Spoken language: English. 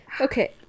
Okay